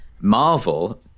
Marvel